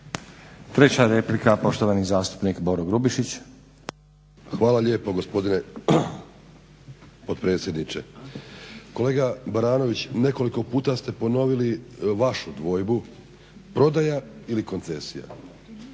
Treća replika poštovani zastupnik Boro Grubišić. **Grubišić, Boro (HDSSB)** Hvala lijepo gospodine potpredsjedniče. Kolega Baranović, nekoliko puta ste ponovili vašu dvojbu prodaja ili koncesija